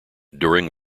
during